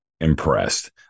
impressed